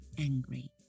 angry